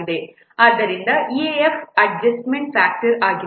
ಆದ್ದರಿಂದ EAF adjustment factor ಆಗಿದೆ